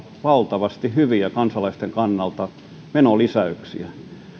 valtavasti hyviä kansalaisten kannalta menolisäyksiä